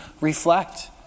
reflect